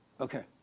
Okay